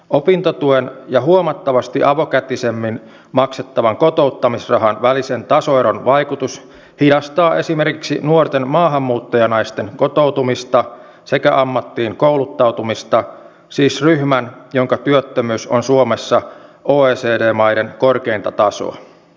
opintotuen ja huomattavasti avokätisemmin maksettavan kotouttamisrahan välisen tasoeron vaikutus hidastaa esimerkiksi nuorten maahanmuuttajanaisten kotoutumista sekä ammattiin kouluttautumista siis ryhmän jonka työttömyys on suomessa oecd maiden korkeinta tasoa